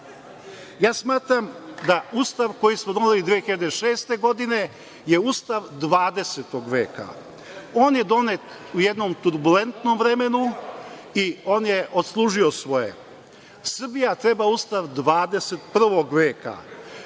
Smatram da Ustav koji smo doneli 2006. godine je Ustav 20. veka. On je donet u jednom turbulentnom vremenu i on je odslužio svoje. Srbija treba Ustav 21. Veka.